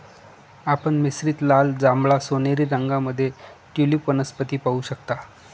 आपण मिश्रित लाल, जांभळा, सोनेरी रंगांमध्ये ट्यूलिप वनस्पती पाहू शकता